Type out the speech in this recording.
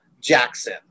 Jackson